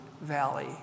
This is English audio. valley